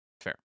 Fair